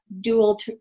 dual